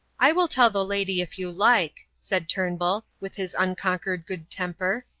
i will tell the lady if you like, said turnbull, with his unconquered good temper.